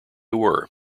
were